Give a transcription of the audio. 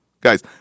Guys